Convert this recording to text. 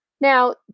Now